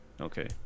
Okay